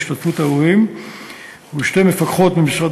בהשתתפות ההורים ושתי מפקחות ממשרד